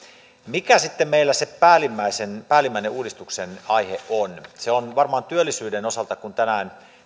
mikä sitten meillä se päällimmäinen se päällimmäinen uudistuksen aihe on se on varmaan työllisyyden osalta kun tänään